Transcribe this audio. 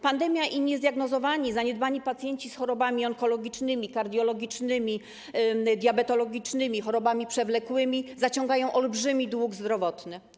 Pandemia i niezdiagnozowani, zaniedbani pacjenci z chorobami onkologicznymi, kardiologicznymi, diabetologicznymi, z chorobami przewlekłymi zaciągają olbrzymi dług zdrowotny.